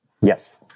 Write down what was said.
Yes